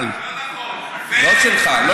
אבל, לא נכון.